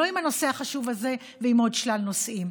לא עם הנושא החשוב הזה ולא עם עוד שלל נושאים.